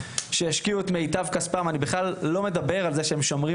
שהשקיעו את מיטב כספם אני בכלל לא מדבר על זה שהם שומרים